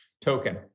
token